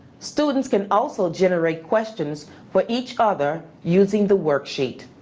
students can also generate questions for each other using the worksheet.